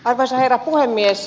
arvoisa herra puhemies